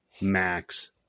Max